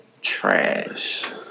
trash